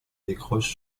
décroche